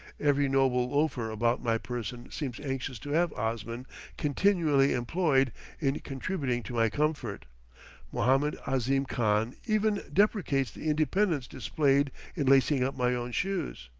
every noble loafer about my person seems anxious to have osman continually employed in contributing to my comfort mohammed ahzim khan even deprecates the independence displayed in lacing up my own shoes.